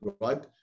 right